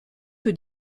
peu